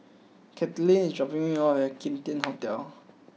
Katelynn is dropping me off at Kim Tian Hotel